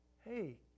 hey